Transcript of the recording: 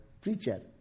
preacher